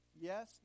Yes